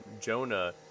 Jonah